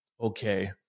Okay